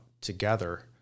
together